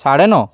ସାଢ଼େ ନଅ